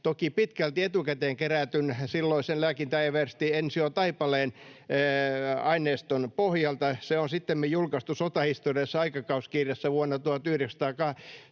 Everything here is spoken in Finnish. toki pitkälti etukäteen kerätyn, silloisen lääkintäeversti Ensio Taipaleen aineiston pohjalta. Se tutkielma on sittemmin julkaistu Sotahistoriallisessa aikakauskirjassa vuonna 1981.